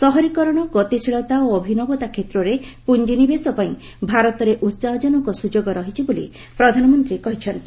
ସହରୀକରଣ ଗତିଶୀଳତା ଓ ଅଭିନବତା କ୍ଷେତ୍ରରେ ପୁଂଜିନିବେଶ ପାଇଁ ଭାରତରେ ଉସାହଜନକ ସୁଯୋଗ ରହିଛି ବୋଲି ପ୍ରଧାନମନ୍ତ୍ରୀ କହିଛନ୍ତି